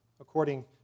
according